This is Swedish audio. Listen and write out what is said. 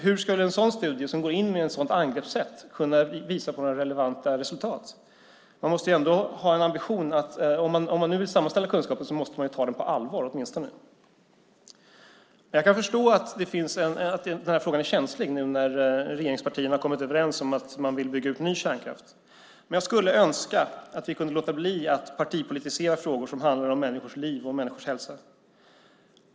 Hur ska en sådan studie, som går in med ett sådant angreppssätt, kunna visa några relevanta resultat? Man måste ändå ha en sådan ambition. Om man nu vill sammanställa kunskap så måste man ju åtminstone ta den på allvar. Jag kan förstå att den här frågan är känslig, nu när regeringspartierna har kommit överens om att man vill bygga ut ny kärnkraft. Men jag skulle önska att vi kunde låta bli att partipolitisera frågor som handlar om människors liv och människors hälsa.